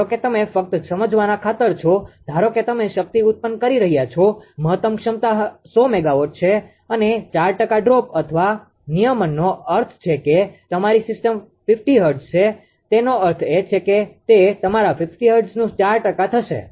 ધારો કે તમે ફક્ત સમજવાના ખાતર છો ધારો કે તમે શક્તિ ઉત્પન્ન કરી રહ્યા છો મહત્તમ ક્ષમતા 100 મેગાવોટ છે અને 4 ટકા ડ્રોપ અથવા નિયમનનો અર્થ છે કે તમારી સિસ્ટમ 50 હર્ટ્ઝ છે તેનો અર્થ એ કે તે તમારા 50 હર્ટ્ઝનું 4 ટકા થશે